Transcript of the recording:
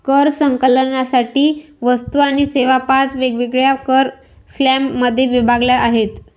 कर संकलनासाठी वस्तू आणि सेवा पाच वेगवेगळ्या कर स्लॅबमध्ये विभागल्या आहेत